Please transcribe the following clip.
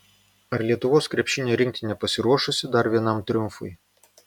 ar lietuvos krepšinio rinktinė pasiruošusi dar vienam triumfui